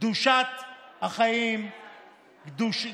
קדושת החיים גבוהה